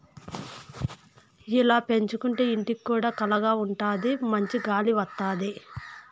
ఇలా పెంచుకోంటే ఇంటికి కూడా కళగా ఉంటాది మంచి గాలి వత్తది